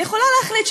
והיא יכולה להחליט,